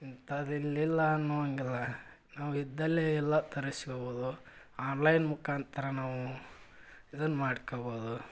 ಇಂಥದ್ದು ಇಲ್ಲಿಲ್ಲ ಅನ್ನೋ ಹಂಗಿಲ್ಲ ನಾವಿದ್ದಲ್ಲೇ ಎಲ್ಲ ತರಿಸ್ಕೊಬೋದು ಆನ್ಲೈನ್ ಮುಖಾಂತರ ನಾವು ಇದನ್ನು ಮಾಡ್ಕೊಬೋದು